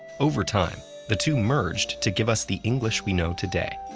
over time, the two merged to give us the english we know today,